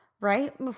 Right